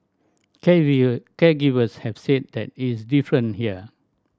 caregivers have said that it is different here